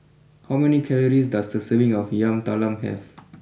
how many calories does a serving of Yam Talam have